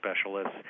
specialists